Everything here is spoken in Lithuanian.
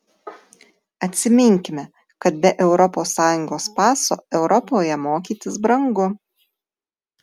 atsiminkime kad be europos sąjungos paso europoje mokytis brangu